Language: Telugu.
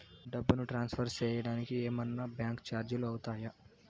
డబ్బును ట్రాన్స్ఫర్ సేయడానికి ఏమన్నా బ్యాంకు చార్జీలు అవుతాయా?